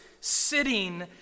sitting